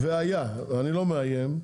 והיה, אני לא מאיים,